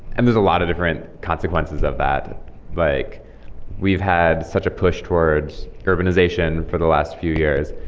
and there's a lot of different consequences of that like we've had such a push towards urbanization for the last few years.